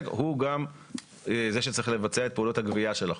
הוא גם זה שצריך לבצע את פעולות הגבייה של החוב.